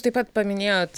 taip pat paminėjot